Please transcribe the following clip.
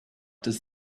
does